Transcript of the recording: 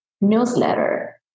newsletter